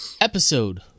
episode